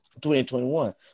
2021